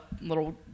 little